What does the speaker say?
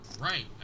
Right